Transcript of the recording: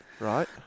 right